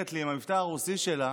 ואז היא אומרת לי, עם המבטא הרוסי שלה,